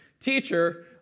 Teacher